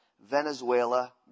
Venezuela